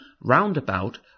roundabout